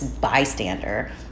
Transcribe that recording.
bystander